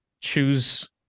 choose